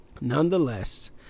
Nonetheless